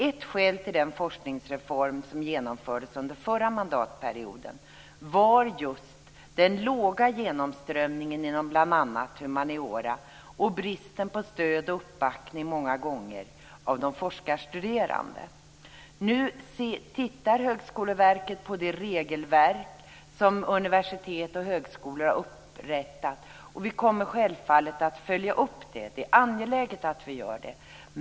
Ett skäl till den forskningsreform som genomfördes under den förra mandatperioden var just den låga genomströmningen inom bl.a. humaniora. Många gånger handlade det om bristen på stöd och uppbackning av de forskarstuderande. Nu tittar Högskoleverket på det regelverk som universitet och högskolor har upprättat, och vi kommer självfallet att följa upp det. Det är angeläget att vi gör det.